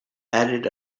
added